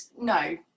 no